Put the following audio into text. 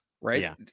right